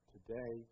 Today